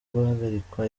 guhagarikwa